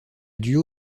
duo